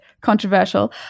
controversial